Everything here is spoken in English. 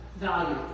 value